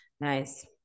nice